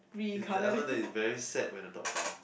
is the Allen that is very sad when the dog died